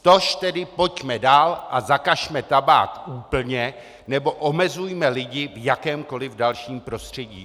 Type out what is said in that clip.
Tož tedy pojďme dál a zakažme tabák úplně nebo omezujme lidi v jakémkoliv dalším prostředí.